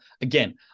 again